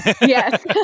Yes